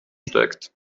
steigt